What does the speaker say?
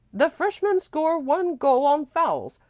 the freshmen score one goal on fouls.